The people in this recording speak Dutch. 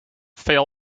veel